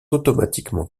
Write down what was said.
automatiquement